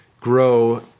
grow